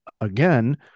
again